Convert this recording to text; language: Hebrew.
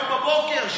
הבוקר,